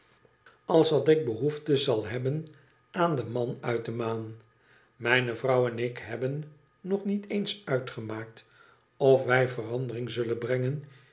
als dat ik behoefte zal hebben aan den man uit de maan mijne vrouw en ik hebben nog niet eens uitgemaakt of wij verandering zullen brengen